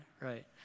right